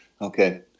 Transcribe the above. Okay